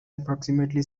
approximately